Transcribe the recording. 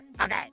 Okay